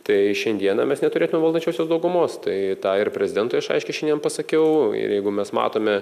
tai šiandieną mes neturėtumėm valdančiosios daugumos tai tą ir prezidentui aš aiškiai šiandien pasakiau ir jeigu mes matome